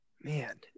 man